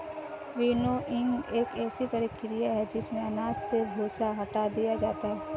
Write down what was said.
winnowing एक ऐसी प्रक्रिया है जिसमें अनाज से भूसा हटा दिया जाता है